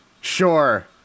Sure